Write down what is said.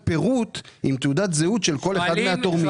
פירוט עם תעודת זהות של כל אחד מהתורמים.